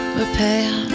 repair